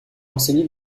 enseigné